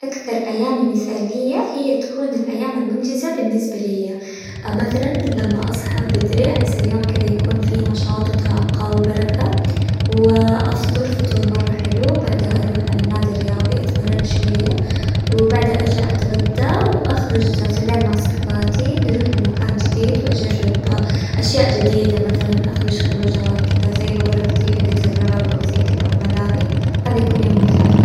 أكثر أيامي مثالية هي تكون الأيام المنجزة بالنسبة لي، مثلاً من لما أصحى بدري أحس اليوم كذا يكون فيه نشاط وطاقة وبركة، وأفطر فطور مرة حلو وبعدها أروح على نادي رياضي أتمرن شوية وبعدها أرجع أتغدا وأخرج في الليل مع صحباتي، نروح لمكان جديد وأجرب أشياء جديدة مثلاً أخرج خروجة كدة زي الغرف حقت الرعب كذا أو ملاهي هذا يكون مثالي.